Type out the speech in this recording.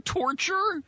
torture